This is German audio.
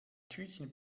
tütchen